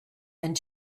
and